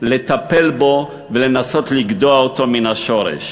לטפל בו ולנסות לגדוע אותו מן השורש.